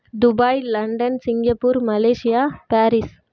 Dubai London Singapore Malaysia Paris